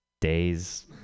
days